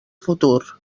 futur